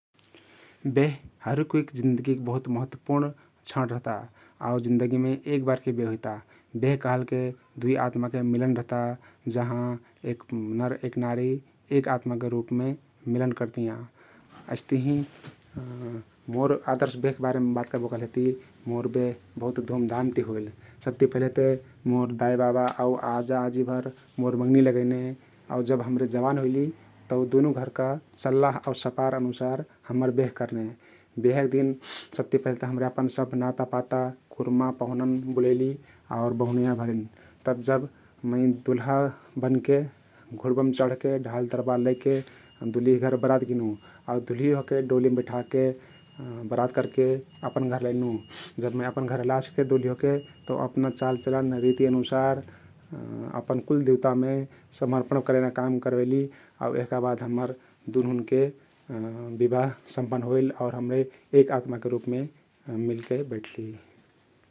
वेह हरेक कुइक जिन्दगिक बहुत महत्वपुर्ण छण रहता आउ जिन्दगिम एक बार केल बेह हुइता । वेह कहलके दुई आत्माके मिलन रहता जहाँ एक नर एक नारी एक आत्माके रुपमे मिलन करतियाँ । हइस्तहिं मोर आदर्श वेहक बारेम बात करबो कहलेति मोर वेह बहुत धुमधामति होइल । सबति पहिले ते मोर दाई बाबा आउ आजा आजीभर मोर मँगनी लगैने आउ जब हमरे जवान हुइली तउ दुनु घरमा सल्लाह आउ सपार अनुसार हम्मर वेह करने । वेहक दिन सबति पहिले हमरे अपन सब नातापाता, कुर्मा, पहुनन बुलैली आउ बहुनैया भरिन तब जब मै दुल्हा बनके, घुड्बम चढके, ढल तरबाल लैके दुल्ही घर बरात गैनु आउ दुल्ही ओहके डोलिम बैठके बरात करके अपन घर लैनु । जब मै अपन घरे लासिके दुल्ही ओहके तउ अपना चालचलन रिती अनुसारके अपन कुल दिउँतामे समर्पण करैना काम करबैली अब यहका बाद हम्मर दुनहुनके विवाह सम्पन्न होइल आउर हम्रे एक आत्माके रुपमे मिलके बैठली ।